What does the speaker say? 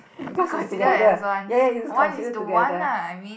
uh considered as one one is to one lah I mean